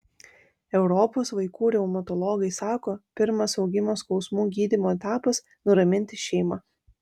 europos vaikų reumatologai sako pirmas augimo skausmų gydymo etapas nuraminti šeimą